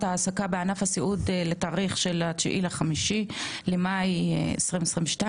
ההעסקה בענף הסיעוד לתאריך של 9 במאי 2022,